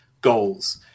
goals